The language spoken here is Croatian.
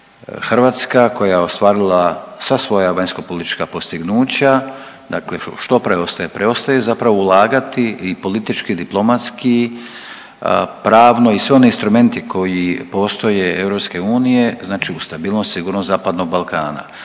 Hrvatska, koja je ostvarila sva svoja vanjskopolitička postignuća, dakle što preostaje? Preostaje zapravo ulagati i politički i diplomatski pravno i sve oni instrumenti koji postoje EU, znači u stabilnost i sigurnost zapadnog Balkana